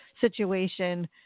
situation